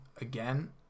again